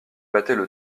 battaient